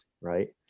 right